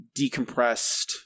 decompressed